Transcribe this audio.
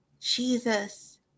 Jesus